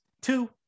two